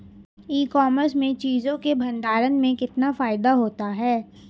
ई commerce में चीज़ों के भंडारण में कितना फायदा होता है?